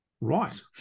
right